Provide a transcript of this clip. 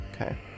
Okay